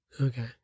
Okay